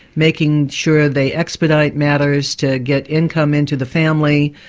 making sure they expedite matters to get income into the family,